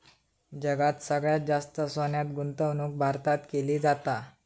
जगात सगळ्यात जास्त सोन्यात गुंतवणूक भारतात केली जाता